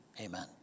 amen